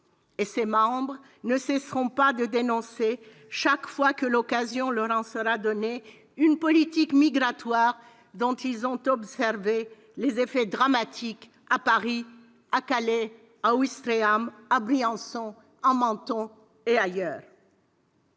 Ses membres ne cesseront pas de dénoncer, chaque fois que l'occasion leur en sera donnée, une politique migratoire dont ils ont observé les effets dramatiques à Paris, à Calais, à Ouistreham, à Briançon, à Menton et ailleurs.